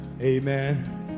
Amen